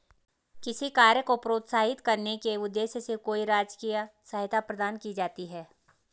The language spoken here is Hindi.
किसी कार्य को प्रोत्साहित करने के उद्देश्य से कोई राजकीय सहायता प्रदान की जाती है